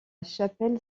chapelle